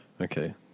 okay